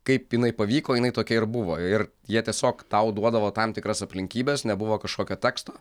kaip jinai pavyko jinai tokia ir buvo ir jie tiesiog tau duodavo tam tikras aplinkybes nebuvo kažkokio teksto